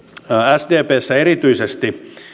sdpssä erityisesti